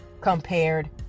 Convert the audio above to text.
compared